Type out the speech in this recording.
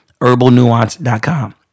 Herbalnuance.com